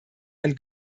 ein